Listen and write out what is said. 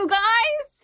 guys